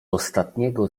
ostatniego